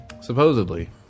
Supposedly